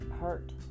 hurt